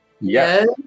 Yes